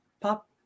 pop